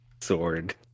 sword